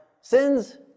sins